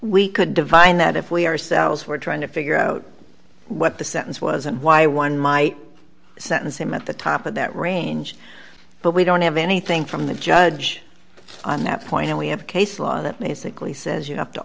we could divine that if we ourselves were trying to figure out what the sentence was and why one might sentence him at the top of that range but we don't have anything from the judge on that point and we have a case law that may sickly says you have to